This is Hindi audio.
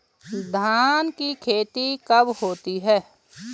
धान की खेती कब होती है?